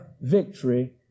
victory